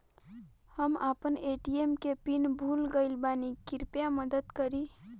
हम आपन ए.टी.एम के पीन भूल गइल बानी कृपया मदद करी